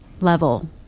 level